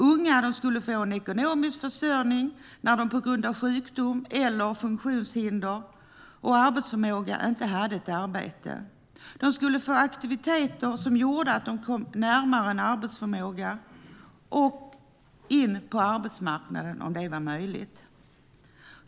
Unga skulle få en ekonomisk försörjning när de på grund av sjukdom eller funktionshinder och arbetsoförmåga inte hade ett arbete. De skulle också få aktiviteter som gjorde att de kom närmare arbetsförmåga och in på arbetsmarknaden, om det var möjligt.